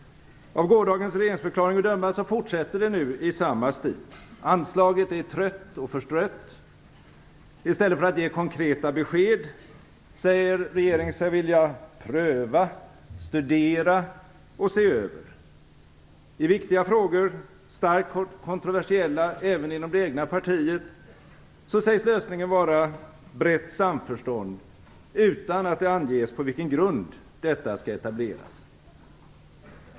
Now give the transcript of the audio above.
Av gårdagens regeringsförklaring att döma fortsätter det nu i samma stil. Anslaget är trött och förstrött. I stället för att ge konkreta besked säger regeringen sig vilja "pröva", "studera" och "se över". I viktiga frågor, starkt kontroversiella även inom det egna partiet, sägs lösningen vara brett samförstånd, utan att det anges på vilken grund detta skall etableras.